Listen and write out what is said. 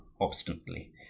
obstinately